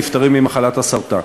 נפטרים ממחלת הסרטן.